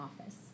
office